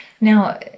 Now